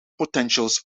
potentials